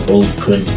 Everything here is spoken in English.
open